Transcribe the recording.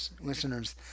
listeners